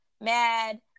mad